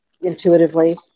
intuitively